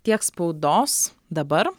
tiek spaudos dabar